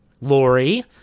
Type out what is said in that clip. Lori